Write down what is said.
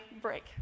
break